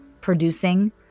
producing